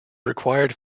required